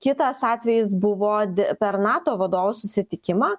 kitas atvejis buvo d per nato vadovų susitikimą